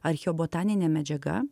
archeobotaninė medžiaga